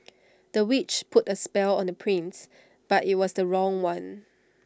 the witch put A spell on the prince but IT was the wrong one